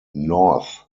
north